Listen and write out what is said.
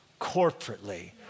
corporately